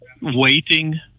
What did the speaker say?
waiting